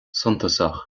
suntasach